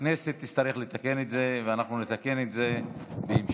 הכנסת תצטרך לתקן את זה, ואנחנו נתקן את זה בהמשך.